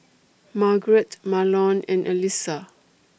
Margeret Marlon and Allyssa